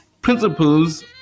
principles